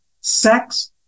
sex